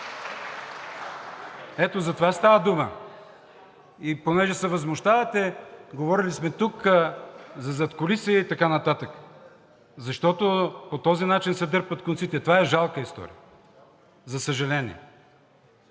Ето за това става дума. И понеже се възмущавате – говорили сме тук за задкулисие и така нататък, защото по този начин се дърпат конците. Това е жалка история, за съжаление!